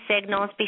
signals